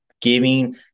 giving